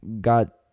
got